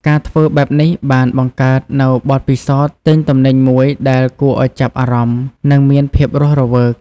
ការធ្វើបែបនេះបានបង្កើតនូវបទពិសោធន៍ទិញទំនិញមួយដែលគួរឱ្យចាប់អារម្មណ៍និងមានភាពរស់រវើក។